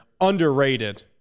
underrated